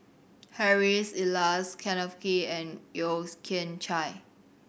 Harry's Elias Kenneth Kee and Yeo Kian Chai